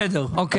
בסדר, אוקיי.